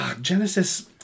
Genesis